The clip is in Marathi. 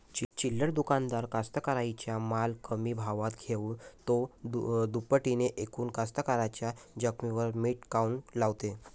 चिल्लर दुकानदार कास्तकाराइच्या माल कमी भावात घेऊन थो दुपटीनं इकून कास्तकाराइच्या जखमेवर मीठ काऊन लावते?